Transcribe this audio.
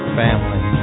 family